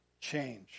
change